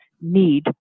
need